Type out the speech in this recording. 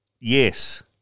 Yes